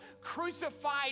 crucified